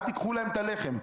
אל תיקחו להם את הלחם,